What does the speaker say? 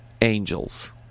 angels